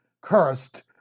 cursed